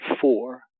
four